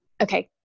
Okay